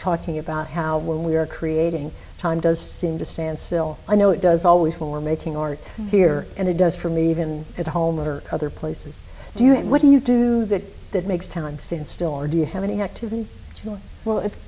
talking about how when we are creating time does seem to stand still i know it does always for making art here and it does for me even at home or other places do you what do you do that that makes time stand still or do you have any activity will i